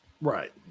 Right